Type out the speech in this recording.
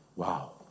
Wow